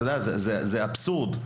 זה אבסורד,